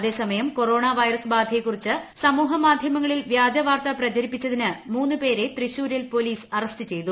അതേസമയം corona virus ബാധയെക്കുറിച്ച് സമൂഹ മാധ്യമങ്ങളിൽ വ്യാജ വാർത്ത പ്രചരിപ്പിച്ചതിന് മൂന്ന് പേരെ തൃശൂരിൽ പോലീസ് അറസ്റ്റ് ചെയ്തു